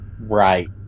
Right